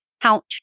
count